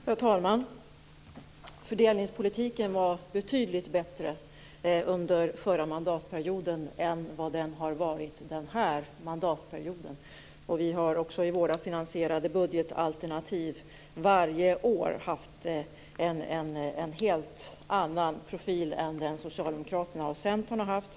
Herr talman! Fördelningspolitiken var betydligt bättre under den förra mandatperioden än vad den har varit under den nuvarande. Vi har också i våra finansierade budgetalternativ varje år haft en helt annan profil än den som Socialdemokraterna och Centern har haft.